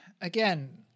again